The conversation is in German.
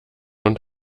und